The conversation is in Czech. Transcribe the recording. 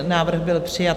Návrh byl přijat.